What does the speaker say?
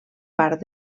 part